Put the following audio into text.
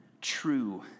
true